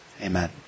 Amen